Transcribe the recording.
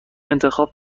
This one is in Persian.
انتخاب